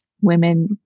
women